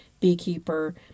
beekeeper